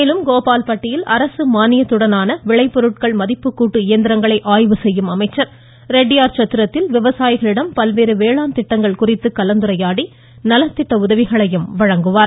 மேலும் கோபால்பட்டியில் அரசு மானியத்துடனான விளை பொருட்கள் மதிப்புக்கூட்டு இயந்திரங்களை ஆய்வு செய்யும் அமைச்சர் ரெட்டியார்சத்திரத்தில் விவசாயிகளிடம் பல்வேறு வேளாண் திட்டங்கள் குறித்து கலந்துரையாடி நலத்திட்ட உதவிகளையும் அவர் வழங்குகிறார்